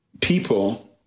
people